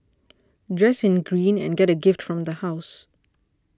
dress in green and get a gift from the house